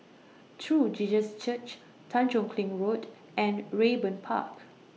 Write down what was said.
True Jesus Church Tanjong Kling Road and Raeburn Park